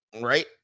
Right